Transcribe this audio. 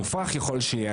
מופרך ככל שיהיה,